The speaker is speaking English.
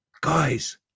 Guys